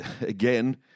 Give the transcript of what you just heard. again